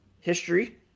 history